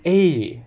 eh